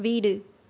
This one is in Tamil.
வீடு